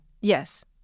Yes